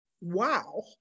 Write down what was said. wow